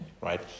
right